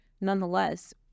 nonetheless